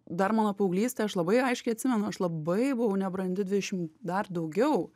dar mano paauglystė aš labai aiškiai atsimenu aš labai buvau nebrandi dvidešim dar daugiau